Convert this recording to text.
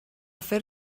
fer